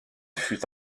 fut